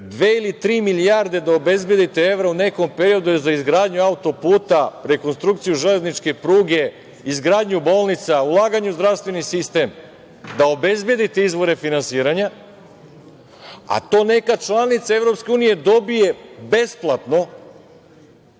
ili tri milijarde evra da obezbedite u nekom periodu za izgradnju auto-puta, rekonstrukciju železničke pruge, izgradnju bolnica, ulaganju u zdravstveni sistem, da obezbedite izvore finansiranja, a to neka članica EU dobije besplatno